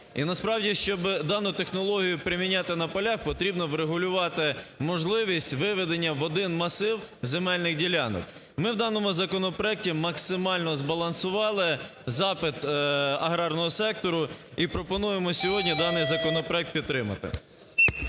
і насправді, щоб дану технологію приміняти на поля, потрібно врегулювати можливість виведення в один масив земельних ділянок. Ми в даному законопроекті максимально збалансували запит аграрного сектору і пропонуємо сьогодні даний законопроект підтримати.